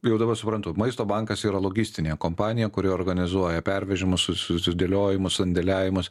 jau dabar suprantu maisto bankas yra logistinė kompanija kuri organizuoja pervežimus su sudėliojimus sandėliavimas